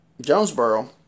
Jonesboro